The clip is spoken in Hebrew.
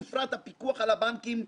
ובפרט הפיקוח על הבנקים,